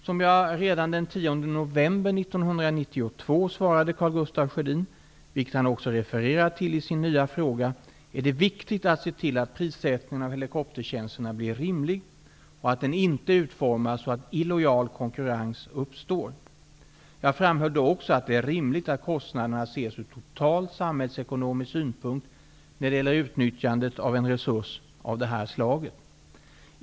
Som jag redan den 10 november 1992 svarade Karl Gustaf Sjödin, vilket han också refererat till i sin nya fråga, är det viktigt att se till att prissättningen av helikoptertjänsterna blir rimlig och att den inte utformas så att illojal konkurrens uppstår. Jag framhöll då också att det är rimligt att kostnaderna ses ur total samhällsekonomisk synpunkt när det gäller utnyttjandet av en resurs av det här slaget.